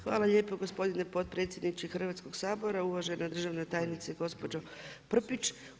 Hvala lijepo gospodine potpredsjedniče Hrvatskoga sabora, uvažena državna tajnice, gospođo Prpić.